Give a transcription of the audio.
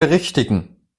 berichtigen